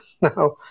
now